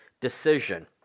decision